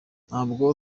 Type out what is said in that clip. ntabwo